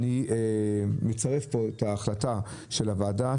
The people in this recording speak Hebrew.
אני מצרף פה את ההחלטה של הוועדה,